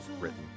written